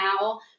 now